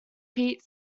pete